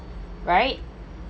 right